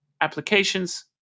applications